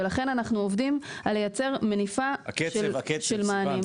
ולכן אנחנו עובדים על לייצר מניפה של מענים.